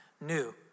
new